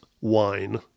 wine